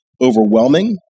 overwhelming